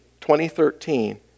2013